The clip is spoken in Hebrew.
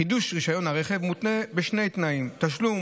חידוש רישיון הרכב מותנה בשני תנאים: תשלום